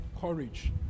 courage